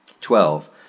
Twelve